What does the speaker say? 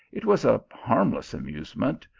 it was a harmless amusement,